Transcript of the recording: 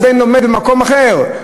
לבין לומד במקום אחר?